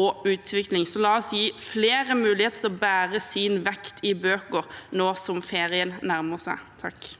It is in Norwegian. og utvikling. La oss gi flere muligheten til å bære sin vekt i bøker nå som ferien nærmer seg. Heidi